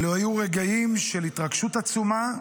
אלו היו רגעים של התרגשות עצומה,